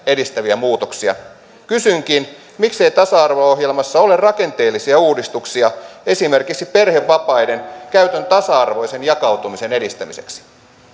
edistäviä muutoksia kysynkin miksei tasa arvo ohjelmassa ole rakenteellisia uudistuksia esimerkiksi perhevapaiden käytön tasa arvoisen jakautumisen edistämiseksi